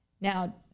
Now